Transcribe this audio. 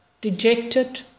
dejected